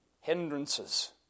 Hindrances